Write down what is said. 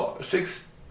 six